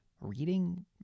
Reading